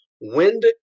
wind